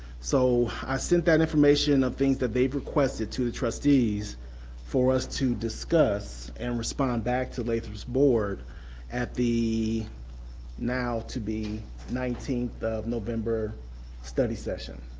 so i sent that information of things that they've requested to the trustees for us to discuss and respond back to lathrup's board at the now to be nineteenth of november study session.